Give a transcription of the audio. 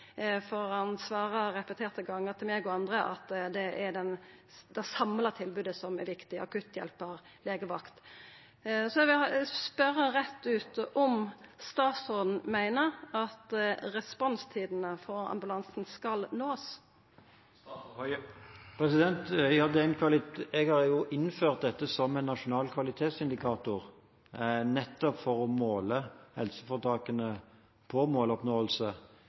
for han svarar repeterte gonger meg og andre med at det er det samla tilbodet som er viktig, akutthjelpa og legevakt. Eg vil spørja rett ut om statsråden meiner at responstidene for ambulansen skal nåast. Jeg har innført dette som en nasjonal kvalitetsindikator, nettopp for å måle helseforetakene på måloppnåelse.